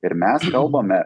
ir mes kalbame